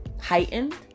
heightened